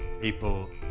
people